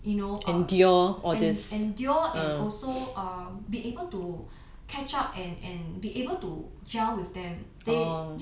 you know and endure and also err be able to catch up and and be able to gel with them they ya they didn't